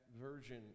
version